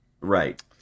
Right